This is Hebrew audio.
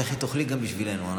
לכי תאכלי גם בשבילנו.